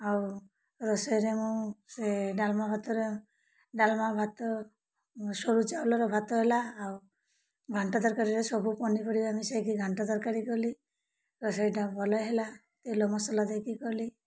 ଆଉ ରୋଷେଇରେ ମୁଁ ସେ ଡାଲମା ଭାତରେ ଡାଲମା ଭାତ ସରୁ ଚାଉଲର ଭାତ ହେଲା ଆଉ ଘାଣ୍ଟ ତରକାରୀରେ ସବୁ ପନିପରିବା ଆମେ ସେଇକି ଘାଣ୍ଟ ତରକାରୀ କଲି ରୋଷେଇଟା ଭଲ ହେଲା ତେଲ ମସଲା ଦେଇକି କଲି